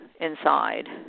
inside